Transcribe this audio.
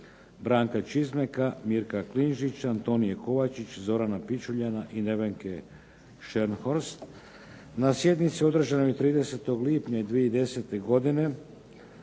Branka Čizmeka, Mirska Klinžić, Antonije KOvačić, Zorana Pičuljana i Nevenke Šenhorst. Na sjednici održanoj 30. lipnja 2010. godine,